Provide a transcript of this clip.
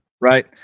right